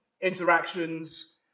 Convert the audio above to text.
interactions